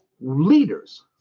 leaders